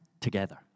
together